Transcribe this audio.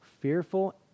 fearful